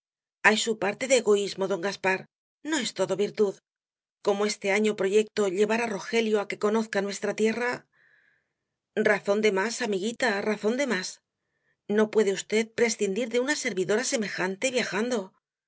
hay su parte de egoismo don gaspar no es todo virtud como este año proyecto llevar á rogelio á que conozca nuestra tierra razón de más amiguita razón de más no puede v prescindir de una servidora semejante viajando